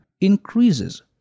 increases